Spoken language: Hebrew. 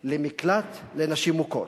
למקלט לנשים מוכות.